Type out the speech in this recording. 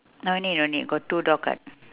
no need no need got two dog